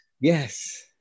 yes